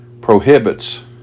prohibits